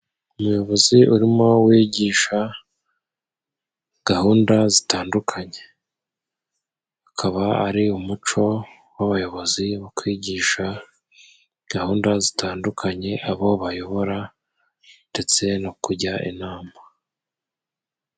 Umuyobozi urimo wigisha gahunda zitandukanye ukaba ari umuco w'abayobozi wo kwigisha gahunda zitandukanye abo bayobora, ndetse no kujya inama.